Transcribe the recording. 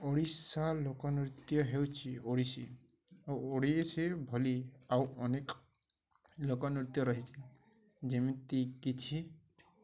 ଓଡ଼ିଶା ଲୋକନୃତ୍ୟ ହେଉଛିି ଓଡ଼ିଶୀ ଓ ଓଡ଼ିଶୀ ଭଲି ଆଉ ଅନେକ ଲୋକନୃତ୍ୟ ରହିଚି ଯେମିତି କିଛି